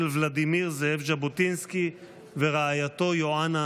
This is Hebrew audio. ולדימיר זאב ז'בוטינסקי ורעייתו יוענה,